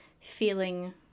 feeling